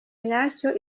nyacyo